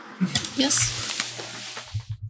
yes